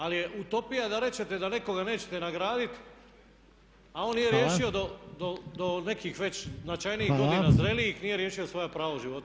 Ali je utopija da rečete da nekoga nećete nagraditi, a on nije riješio do nekih već značajnijih godina zrelijih nije riješio svoja prava u životu.